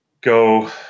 go